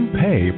pay